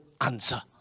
answer